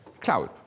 cloud